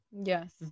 yes